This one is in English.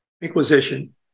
inquisition